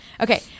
Okay